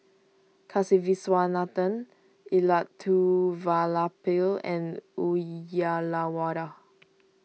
Kasiviswanathan Elattuvalapil and Uyyalawada